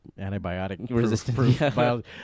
antibiotic-resistant